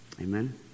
Amen